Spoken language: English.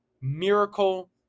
miracle